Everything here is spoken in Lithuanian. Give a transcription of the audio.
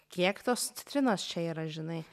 kiek tos citrinos čia yra žinai